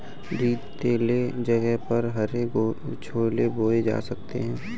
रेतीले जगह पर हरे छोले बोए जा सकते हैं